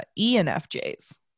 ENFJs